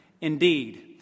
Indeed